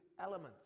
elements